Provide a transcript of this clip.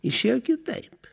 išėjo kitaip